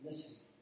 Listen